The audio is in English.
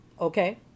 Okay